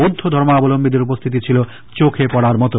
বৌদ্ধ ধর্মাবলম্বীদের উপস্তিতি ছিল চোখে পড়ার মতো